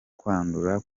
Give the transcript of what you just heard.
kwandura